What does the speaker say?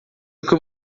que